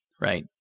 Right